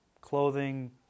clothing